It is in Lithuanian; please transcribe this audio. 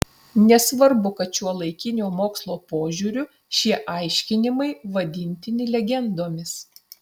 nesvarbu kad šiuolaikinio mokslo požiūriu šie aiškinimai vadintini legendomis